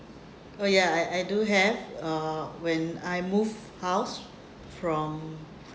oh ya I I do have uh when I move house from